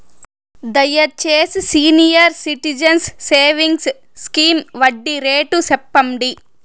దయచేసి senior citizens savings scheme వడ్డీ rate సెప్పండి